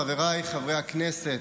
חבריי חברי הכנסת,